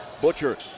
Butcher